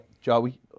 Joey